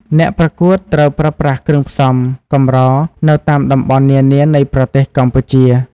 អ្នកប្រកួតត្រូវប្រើប្រាស់ គ្រឿងផ្សំ កម្រនៅតាមតំបន់នានានៃប្រទេសកម្ពុជា។